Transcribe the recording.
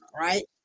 right